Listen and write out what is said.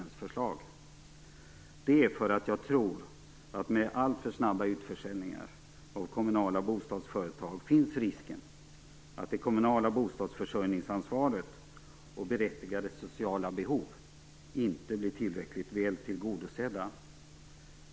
Och det gör jag därför att jag tror att med alltför snabba utförsäljningar av kommunala bostadsföretag finns risken att det kommunala bostadsförsörjningsansvaret och berättigade sociala behov inte blir tillräckligt väl tillgodosedda.